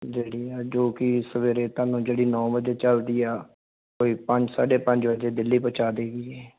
ਜਿਹੜੀ ਆ ਜੋ ਕਿ ਸਵੇਰੇ ਤੁਹਾਨੂੰ ਜਿਹੜੀ ਨੌਂ ਵਜੇ ਚੱਲਦੀ ਆ ਕੋਈ ਪੰਜ ਸਾਢੇ ਪੰਜ ਵਜੇ ਦਿੱਲੀ ਪਹੁੰਚਾ ਦੇਵੇਗੀ